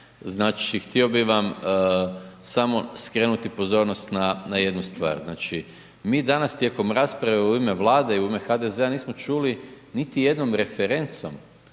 znači, htio bih vam samo skrenuti pozornost na jednu stvar. Znači, mi danas tijekom rasprave u ime Vlade i u ime HDZ-a nismo čuli niti jednom referencom